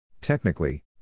Technically